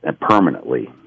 permanently